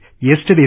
yesterday